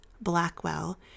Blackwell